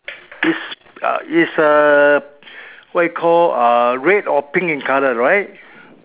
is uh is err what you call uh red or pink in colour right